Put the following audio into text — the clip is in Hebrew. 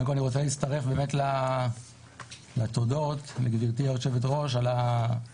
קודם כל אני רוצה להצטרף באמת לתודות לגברתי היו"ר על המאמץ.